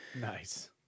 Nice